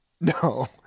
No